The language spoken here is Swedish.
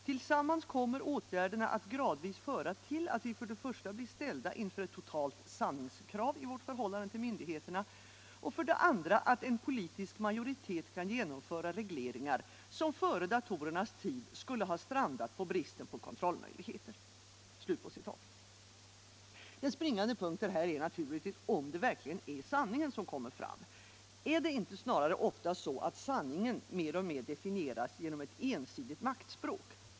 Tillsammans kommer åtgärderna att gradvis föra till att vi för det första blir ställda inför ett totalt sanningskrav i vårt förhållande till myndigheterna och för det andra att en politisk majoritet kan genomföra regleringar som före datorernas tid skulle ha strandat på bristen på kontrollmöjligheter.” Den springande punkten är här naturligtvis om det verkligen är sanningen som kommer fram. Är det inte ofta snarare så att sanningen mer och mer definieras genom ett ensidigt maktspråk?